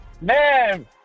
Man